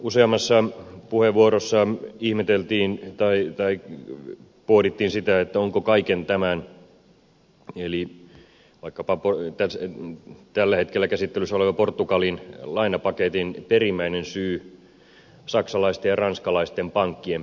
useammassa puheenvuorossa ihmeteltiin tai pohdittiin sitä onko kaiken tämän eli vaikkapa tällä hetkellä käsittelyssä olevan portugalin lainapaketin perimmäinen syy saksalaisten ja ranskalaisten pankkien pelastaminen